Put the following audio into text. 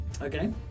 Okay